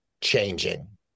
changing